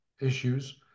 issues